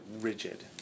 rigid